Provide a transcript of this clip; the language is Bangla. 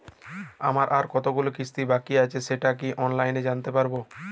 আমার আর কতগুলি কিস্তি বাকী আছে সেটা কি অনলাইনে জানতে পারব?